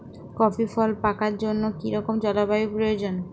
Coffee ফল পাকার জন্য কী রকম জলবায়ু প্রয়োজন?